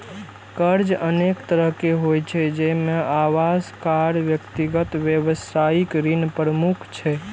कर्ज अनेक तरहक होइ छै, जाहि मे आवास, कार, व्यक्तिगत, व्यावसायिक ऋण प्रमुख छै